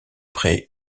près